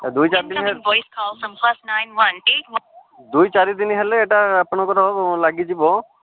ଆଚ୍ଛା ଦୁଇ ଚାରି ଦିନ ଦୁଇ ଚାରି ଦିନ ହେଲେ ଏଇଟା ଆପଣଙ୍କର ଲାଗିଯିବ